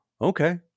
okay